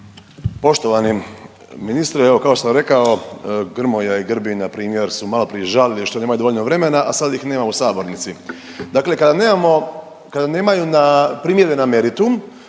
Poštovani ministre evo kao što sam rekao Grmoja i Grbin npr. su maloprije žalili što nemaju dovoljno vremena, a sad ih nema u sabornici. Dakle, kada nemamo, kada nemaju